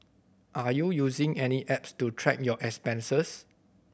are you using any apps to track your expenses